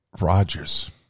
Roger's